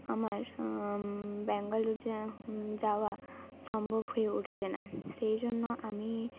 আমার ব্যাঙ্গালোর যাওয়া সম্ভব হয়ে উঠছে না সেই জন্য আমি